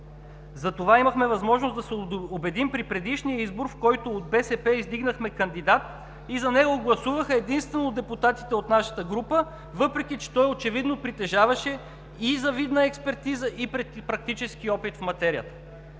Затова имахме възможност да се убедим при предишния избор, в който от БСП издигнахме кандидат, и за него гласуваха единствено депутатите от нашата група, въпреки че той очевидно притежаваше и завидна експертиза, и практически опит в материята.